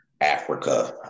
Africa